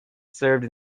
served